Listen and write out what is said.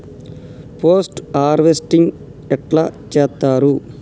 Post harvesting ఎట్ల చేత్తరు?